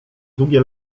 długie